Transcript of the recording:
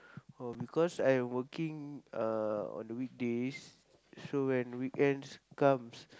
oh because I working uh on the weekdays so when weekends comes